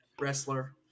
wrestler